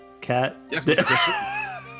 Cat